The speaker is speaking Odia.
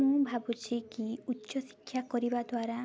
ମୁଁ ଭାବୁଛି କି ଉଚ୍ଚ ଶିକ୍ଷା କରିବା ଦ୍ୱାରା